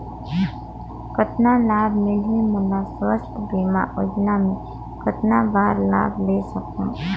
कतना लाभ मिलही मोला? स्वास्थ बीमा योजना मे कतना बार लाभ ले सकहूँ?